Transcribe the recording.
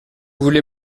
voulez